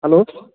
hello